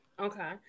Okay